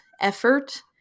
effort